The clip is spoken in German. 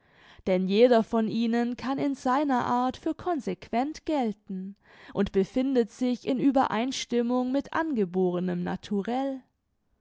denn jeder von ihnen kann in seiner art für consequent gelten und befindet sich in uebereinstimmung mit angeborenem naturell